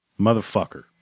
Motherfucker